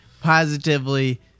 positively